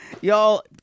Y'all